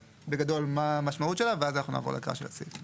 בגדול מה המשמעות שלה ואז אנחנו נעבור להקראה של הסעיף.